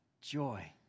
joy